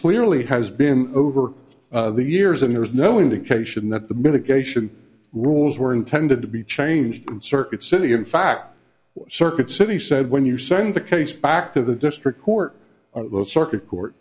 clearly has been over the years and there is no indication that the mitigation rules were intended to be changed circuit city in fact circuit city said when you send the case back to the district court